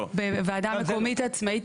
לא, בוועדה מקומית עצמאית.